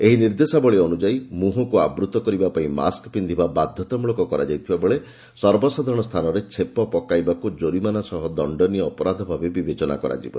ଏହି ନିର୍ଦ୍ଦେଶାବଳୀ ଅନୁସାରେ ମୁହଁକୁ ଆବୃତ କରିବା ପାଇଁ ମାସ୍କ ପିନ୍ଧିବା ବାଧ୍ୟତାମଳକ କରାଯାଇଥିବା ବେଳେ ସର୍ବସାଧାରଣ ସ୍ଥାନରେ ଛେପ ପକାଇବାକୁ ଜୋରିମାନା ସହ ଦଶ୍ଚନୀୟ ଅପରାଧ ଭାବେ ବିବେଚନା କରାଯିବ